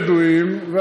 מינהלת הבדואים.